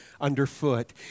underfoot